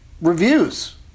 reviews